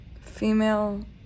female